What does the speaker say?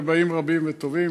ובאים רבים וטובים,